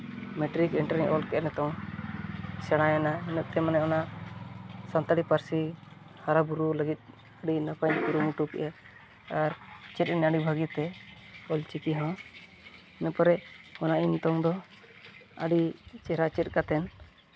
matric inter ᱤᱧ ᱚᱞ ᱠᱮᱫᱟ ᱱᱤᱛᱚᱝ ᱥᱮᱬᱟᱭᱮᱱᱟ ᱩᱱᱟᱹᱜ ᱛᱮ ᱢᱟᱱᱮ ᱚᱱᱟ ᱥᱟᱱᱛᱟᱹᱲᱤ ᱯᱟᱹᱨᱥᱤ ᱦᱟᱨᱟᱼᱵᱩᱨᱩ ᱞᱟᱹᱜᱤᱫ ᱟᱹᱰᱤ ᱱᱟᱯᱟᱭᱤᱧ ᱠᱩᱨᱩᱢᱩᱴᱩ ᱠᱮᱫᱼᱟ ᱟᱨ ᱪᱮᱫ ᱮᱱᱟ ᱟᱹᱰᱤ ᱵᱷᱟᱹᱜᱤ ᱛᱮ ᱚᱞ ᱪᱤᱠᱤ ᱦᱚᱸ ᱤᱱᱟᱹ ᱯᱚᱨᱮ ᱚᱱᱟᱜᱮ ᱱᱤᱛᱚᱝ ᱫᱚ ᱟᱹᱰᱤ ᱪᱮᱦᱨᱟ ᱪᱮᱫ ᱠᱟᱛᱮ